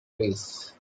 race